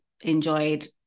enjoyed